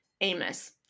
Amos